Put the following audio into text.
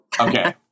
Okay